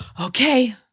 Okay